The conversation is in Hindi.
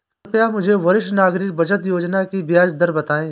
कृपया मुझे वरिष्ठ नागरिक बचत योजना की ब्याज दर बताएं?